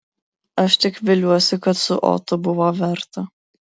aš tik viliuosi kad su otu buvo verta